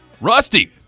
Rusty